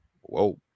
whoa